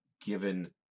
Given